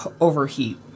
overheat